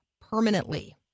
permanently